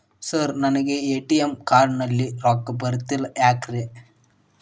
Sir ನನಗೆ ATM card ನಲ್ಲಿ ರೊಕ್ಕ ಬರತಿಲ್ಲ ಯಾಕ್ರೇ?